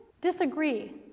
disagree